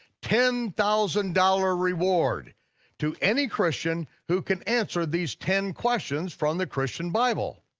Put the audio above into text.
ten thousand dollars reward to any christian who can answer these ten questions from the christian bible.